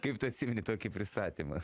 kaip tu atsimeni tokį pristatymą